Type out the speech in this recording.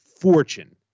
fortune